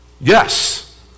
Yes